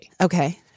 Okay